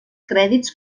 crèdits